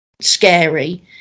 scary